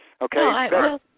Okay